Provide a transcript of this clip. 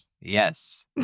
Yes